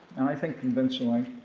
and i think convincingly,